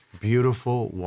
beautiful